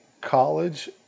college